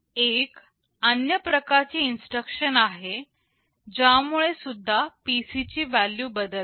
एक अन्य प्रकार ची इन्स्ट्रक्शन आहे ज्यामुळे सुद्धा PC ची व्हॅल्यू बदलते